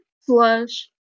Flush